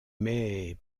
mais